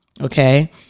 okay